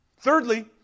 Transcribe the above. Thirdly